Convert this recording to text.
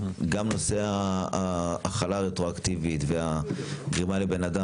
גם נושא ההחלה הרטרואקטיבית והגרימה לבן אדם